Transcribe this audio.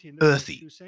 earthy